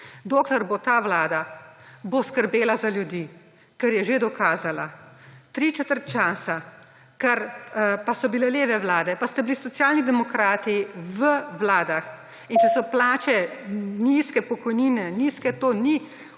Dokler bo ta vlada, bo skrbela za ljudi, ker je že dokazala. Tričetrt časa, kar pa so bile leve vlade, pa ste bili Socialni demokrati v vladah, in če so plače nizke, pokojnine nizke, to ni od